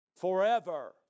forever